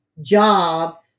job